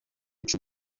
cy’u